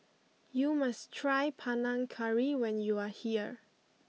you must try Panang Curry when you are here